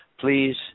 please